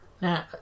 Now